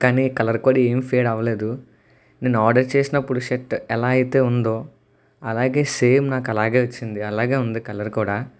కానీ కలర్ కూడా ఏం ఫేడ్ అవ్వలేదు నేను ఆర్డర్ చేసినప్పుడు షర్ట్ ఎలా అయితే ఉందో అలాగే సేమ్ నాకు అలాగే వచ్చింది అలాగే ఉంది కలర్ కూడా